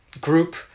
group